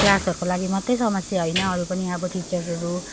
क्लासहरूको लागि मात्रै समस्या होइन अरू पनि अब टिचर्सहरू